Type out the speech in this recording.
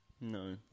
No